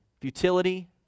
futility